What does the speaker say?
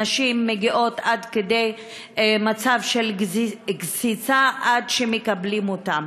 נשים מגיעות עד כדי מצב של גסיסה עד שמקבלים אותן.